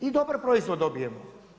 I dobar proizvod dobijemo.